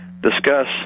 discuss